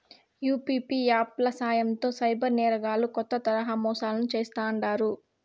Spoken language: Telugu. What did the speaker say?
యూ.పీ.పీ యాప్ ల సాయంతో సైబర్ నేరగాల్లు కొత్త తరహా మోసాలను చేస్తాండారు